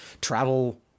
travel